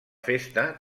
festa